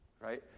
right